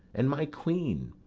and my queen.